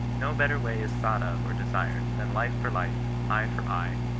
no better way is thought of or desired, than life for life, eye for eye,